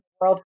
world